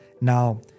Now